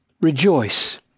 rejoice